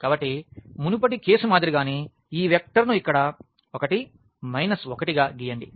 కాబట్టి మునుపటి కేసు మాదిరిగానే ఈ వెక్టర్ను ఇక్కడ 1 మైనస్ 1 గా గీయండి